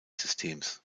systems